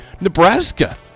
Nebraska